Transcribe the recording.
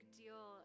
deal